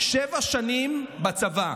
שבע שנים בצבא,